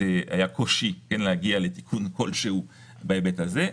היה קושי להגיע לתיקון כלשהו בהיבט הזה,